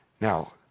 Now